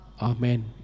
Amen